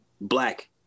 Black